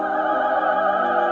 ah